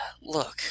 look